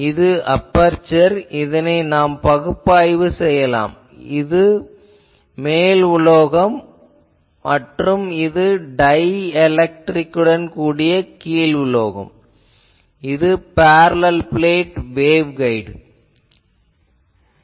இது அபெர்சர் இதனை நாம் பகுப்பாய்வு செய்யலாம் இது மேல் உலோகம் மற்றும் இது டைஎலெக்ட்ரிக்குடன் கூடிய கீழ் உலோகம் இது பேரலல் பிளேட் வேவ்கைட் போன்று உள்ளது